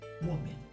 woman